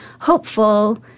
hopeful